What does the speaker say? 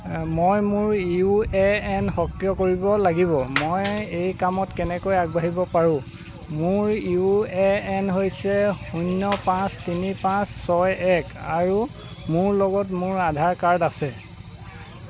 মই মোৰ U A N সক্ৰিয় কৰিব লাগিব মই এই কামত কেনেকৈ আগবাঢ়িব পাৰোঁ মোৰ ইউ এ এন হৈছে শূন্য পাঁচ তিনি পাঁচ ছয় এক আৰু মোৰ লগত মোৰ আধাৰ কাৰ্ড আছে